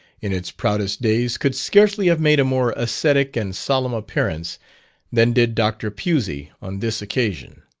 in its proudest days, could scarcely have made a more ascetic and solemn appearance than did dr. pusey on this occasion.